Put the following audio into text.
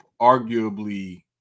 arguably